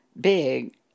big